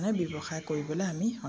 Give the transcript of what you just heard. মানে ব্যৱসায় কৰিবলৈ আমি সন্মুখীন